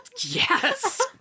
Yes